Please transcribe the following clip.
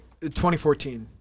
2014